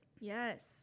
Yes